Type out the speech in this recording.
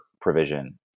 provision